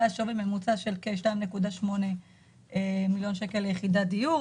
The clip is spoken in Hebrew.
היה שווי ממוצע של כ-2.8 מיליון שקל ליחידת דיור.